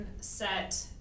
set